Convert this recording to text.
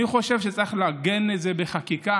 אני חושב שצריך לעגן בחקיקה